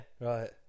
right